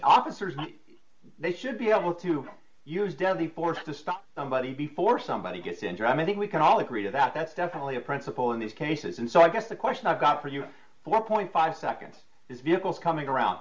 officers they should be able to use deadly force to stop somebody before somebody gets injured and i think we can all agree that that's definitely a principle in these cases and so i guess the question i've got for you four point five seconds is vehicles coming around